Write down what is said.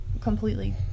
completely